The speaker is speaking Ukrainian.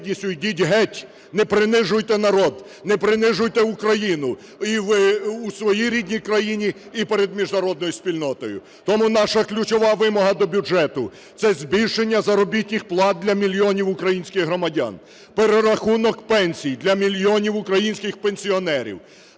йдіть геть, не принижуйте народ, не принижуйте Україну і в своїй рідній країні, і перед міжнародною спільнотою. Тому наша ключова вимога до бюджету – це збільшення заробітних плат для мільйонів українських громадян, перерахунок пенсій для мільйонів українських пенсіонерів.